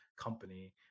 company